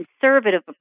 conservative